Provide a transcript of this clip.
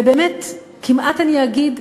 ובאמת, כמעט, אני אגיד,